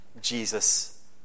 Jesus